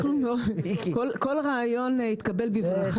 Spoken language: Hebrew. כל רעיון יתקבל בברכה.